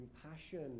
compassion